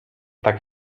tak